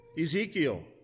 Ezekiel